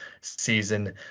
season